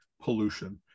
pollution